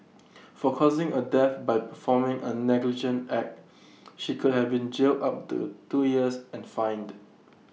for causing A death by performing A negligent act she could have been jailed up to two years and fined